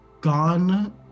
gone